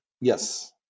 Yes